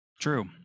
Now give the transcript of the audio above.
True